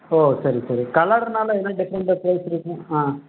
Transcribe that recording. ஓ சரி சரி கலர்னாலே என்ன டிஃப்ரெண்டு ப்ரைஸ் இருக்கும் ஆ